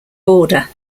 border